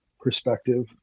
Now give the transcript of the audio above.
perspective